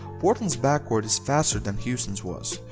portland's backcourt is faster than houston's was.